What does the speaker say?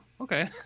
okay